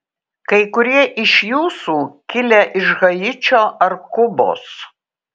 kai kurie iš jūsų kilę iš haičio ar kubos